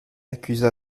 accusa